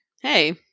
hey